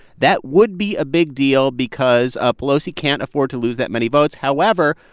that would be a big deal because ah pelosi can't afford to lose that many votes however,